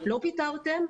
לא פיטרתם,